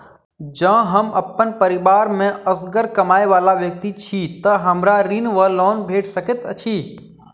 जँ हम अप्पन परिवार मे असगर कमाई वला व्यक्ति छी तऽ हमरा ऋण वा लोन भेट सकैत अछि?